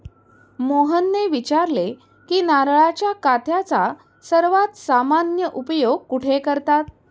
मोहनने विचारले की नारळाच्या काथ्याचा सर्वात सामान्य उपयोग कुठे करतात?